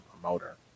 promoter